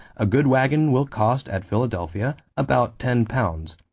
a good waggon will cost, at philadelphia, about ten pounds.